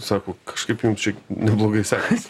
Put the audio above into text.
sako kažkaip jum čia neblogai sekasi